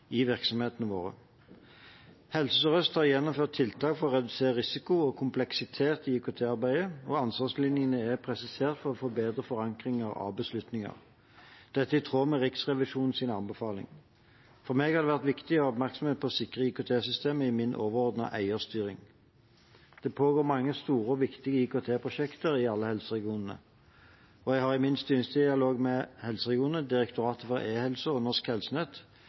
i virksomhetene våre. Helse Sør-Øst har gjennomført tiltak for å redusere risiko og kompleksitet i IKT-arbeidet, og ansvarslinjene er presisert for å få bedre forankring av beslutninger. Dette er i tråd med Riksrevisjonens anbefaling. For meg har det vært viktig å ha oppmerksomhet på å sikre IKT-systemet i min overordnede eierstyring. Det pågår mange store og viktige IKT-prosjekter i alle helseregionene, og jeg har i min styringsdialog med helseregionene, Direktoratet for e-helse og Norsk Helsenett